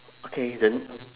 okay the